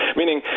meaning